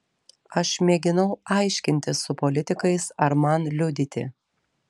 aš mėginau aiškintis su politikais ar man liudyti